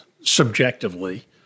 subjectively